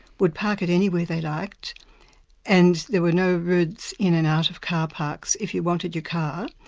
would park it anywhere they liked and there were no roads in and out of carparks. if you wanted your car,